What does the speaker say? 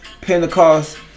Pentecost